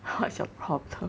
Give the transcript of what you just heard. what's your problem